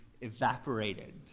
evaporated